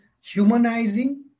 humanizing